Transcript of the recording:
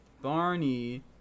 Barney